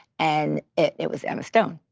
and it was emma stone.